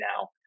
now